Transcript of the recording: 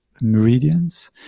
meridians